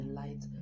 light